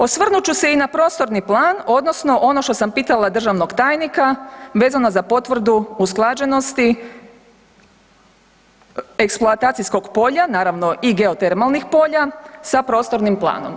Osvrnut ću se i na Prostorni plan, odnosno ono što sam pitala državnog tajnika, vezano za potvrdu usklađenosti eksploatacijskog polja, naravno i geotermalnih polja sa Prostornim planom.